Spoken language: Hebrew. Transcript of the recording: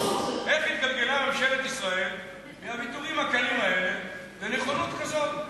איך התגלגלה ממשלת ישראל מהוויתורים הקלים האלה לנכונות כזאת,